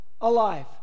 alive